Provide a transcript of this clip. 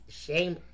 shame